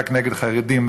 רק נגד חרדים,